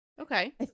Okay